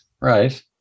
right